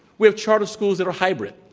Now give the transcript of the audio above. we have charter schools that are hybrid.